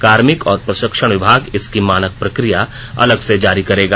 कार्मिक और प्रशिक्षण विभाग इसकी मानक प्रक्रिया अलग से जारी करेगा